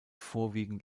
vorwiegend